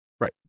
Right